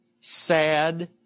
sad